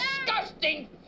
disgusting